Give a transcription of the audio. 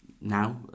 now